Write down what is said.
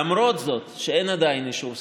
למרות שאין עדיין אישור סופי,